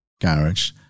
garage